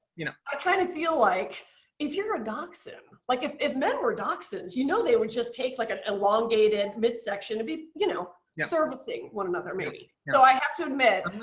you know i kind of feel like if you're a dachshund, like if if men were dachshunds, you know they would just take like an elongated midsection and be you know yeah servicing one another maybe. so i have to admit.